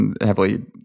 heavily